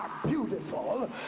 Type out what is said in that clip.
beautiful